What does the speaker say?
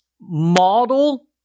model